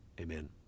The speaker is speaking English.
amen